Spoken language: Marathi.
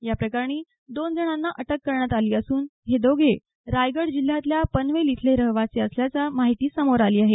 या प्रकरणी दोन जणांना अटक करण्यात आली असून हे दोघे रायगड जिल्ह्यातल्या पनवेल इथले रहिवासी असल्याची माहिती समोर आली आहे